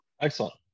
Excellent